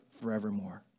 forevermore